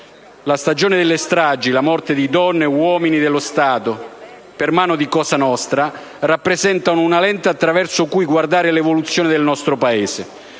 La stagione delle stragi, la morte di donne e uomini dello Stato per mano di cosa nostra rappresentano una lente attraverso cui guardare l'evoluzione del nostro Paese.